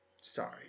sorry